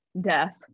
death